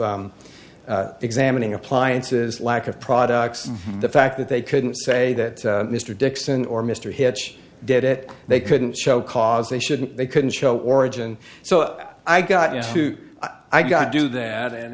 examining appliances lack of products the fact that they couldn't say that mr dixon or mr hitch did it they couldn't show cause they shouldn't they couldn't show origin so i got to i got to do that and